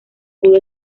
pudo